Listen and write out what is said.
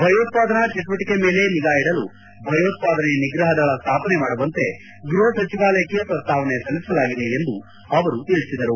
ಭಯೋತ್ಪಾದನಾ ಚಟುವಟಕೆ ಮೇಲೆ ನಿಗಾ ಇಡಲು ಭಯೋತ್ಪಾದನೆ ನಿಗ್ರಹ ದಳ ಸ್ಟಾಪನೆ ಮಾಡುವಂತೆ ಗೃಹ ಸಚಿವಾಲಯಕ್ಕೆ ಪ್ರಸ್ತಾವನೆ ಸಲ್ಲಿಸಲಾಗಿದೆ ಎಂದು ಅವರು ಹೇಳಿದರು